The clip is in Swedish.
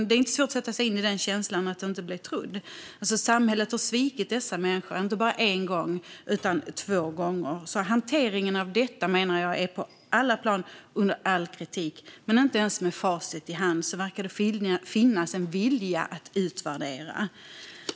Det är inte svårt att sätta sig in i känslan av att inte bli trodd. Samhället har svikit dessa människor, inte bara en utan två gånger. Hanteringen av detta är, menar jag, på alla plan under all kritik. Men inte ens med facit i hand verkar det finnas en vilja att utvärdera.